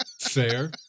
Fair